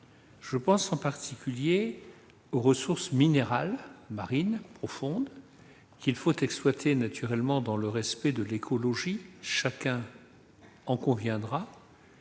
Je pense en particulier aux ressources minérales marines profondes, qu'il faut exploiter naturellement dans le respect de l'environnement- chacun en conviendra